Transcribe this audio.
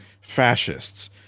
fascists